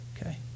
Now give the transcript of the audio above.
okay